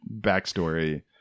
backstory